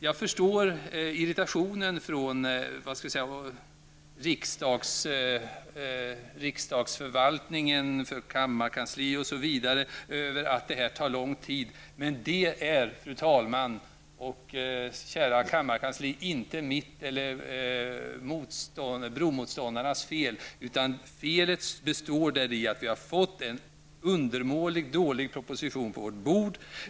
Jag förstår irritationen från riksdagsförvaltningen, kammarkansliet osv. över att det här tar lång tid. Men det är, fru talman och kära kammarkansli, inte mitt eller bromotståndarnas fel. Felet består i att vi har fått en undermålig proposition på vårt bord.